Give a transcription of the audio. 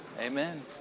Amen